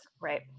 Right